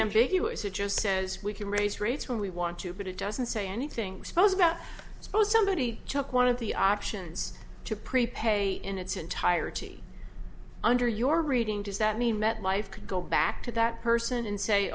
is it just says we can raise rates when we want to but it doesn't say anything suppose about suppose somebody took one of the options to prepay in its entirety under your reading does that mean metlife could go back to that person and say